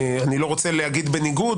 אני לא רוצה להגיד בניגוד,